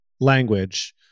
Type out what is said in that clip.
language